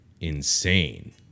insane